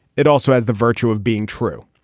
it also has the virtue of being true.